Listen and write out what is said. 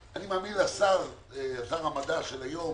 אני מאמין לשר המדע של היום